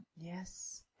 Yes